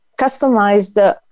customized